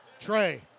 Trey